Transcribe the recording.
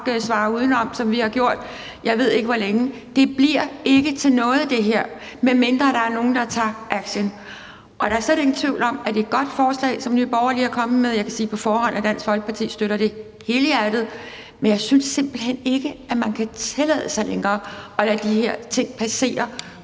svare udenom, som vi har gjort, jeg ved ikke hvor længe. Det her bliver ikke til noget, medmindre der er nogen, der tager action. Og der er slet ingen tvivl om, at det er et godt forslag, som Nye Borgerlige er kommet med, og jeg kan på forhånd sige, at Dansk Folkeparti støtter det helhjertet, men jeg synes simpelt hen ikke, at man kan tillade sig længere at lade de her ting passere,